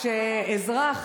כשאזרח